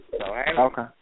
Okay